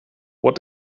what